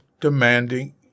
demanding